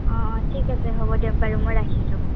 অ' অ' ঠিক আছে হ'ব দিয়ক বাৰু মই ৰাখিছোঁ